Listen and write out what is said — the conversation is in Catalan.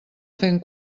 fent